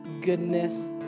goodness